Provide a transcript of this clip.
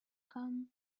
gun